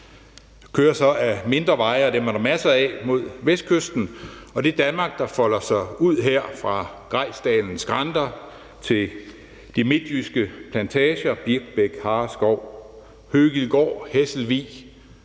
kører så ad mindre veje, og dem er der masser af, mod Vestkysten og det Danmark, der folder sig ud her fra Grejsdalens skrænter til de midtjyske plantager, Birkebæk, Hareskov, Høgildgård, Hesselvig,